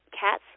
cats